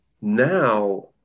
Now